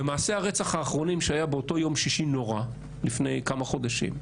במעשי הרצח האחרונים שהיה באותו יום שישי נורא לפני כמה חודשים,